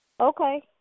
Okay